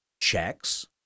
checks